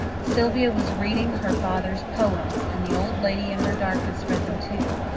sylvia was reading her father's poems, and the old lady in her darkness read them too,